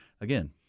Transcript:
again